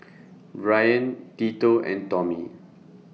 Bryan Tito and Tommie